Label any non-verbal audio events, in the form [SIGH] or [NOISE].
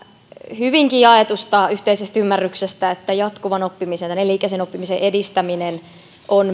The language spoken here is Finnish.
hyvinkin jaetusta yhteisestä ymmärryksestä että jatkuvan oppimisen ja elinikäisen oppimisen edistäminen on [UNINTELLIGIBLE]